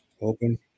Open